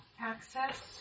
access